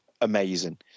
amazing